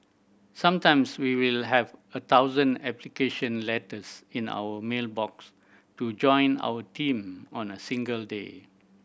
sometimes we will have a thousand application letters in our mail box to join our team on a single day